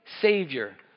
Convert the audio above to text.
Savior